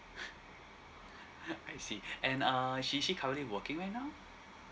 I see and uh she actually currently working right now